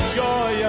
joy